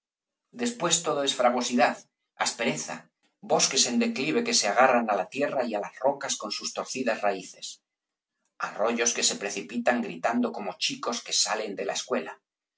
después todo es fragosidad aspereza bosques en declive que se agarran á la b pérez galdós tierra y á las rocas con sus torcidas raíces arroyos que se precipitan gritando como chicos que salen de la escuela